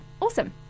awesome